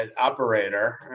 operator